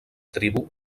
tribu